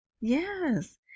Yes